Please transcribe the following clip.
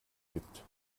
gibt